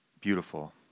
beautiful